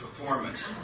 performance